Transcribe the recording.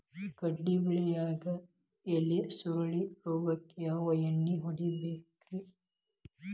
ಕಡ್ಲಿ ಬೆಳಿಯಾಗ ಎಲಿ ಸುರುಳಿ ರೋಗಕ್ಕ ಯಾವ ಎಣ್ಣಿ ಹೊಡಿಬೇಕ್ರೇ?